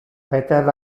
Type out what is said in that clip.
peter